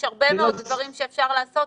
יש הרבה מאוד דברים שאפשר לעשות,